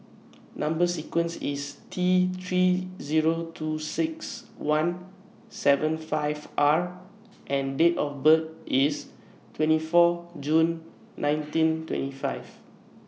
Number sequence IS T three Zero two six one seven five R and Date of birth IS twenty four June nineteen twenty five